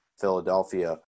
Philadelphia